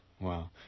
wow